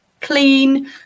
clean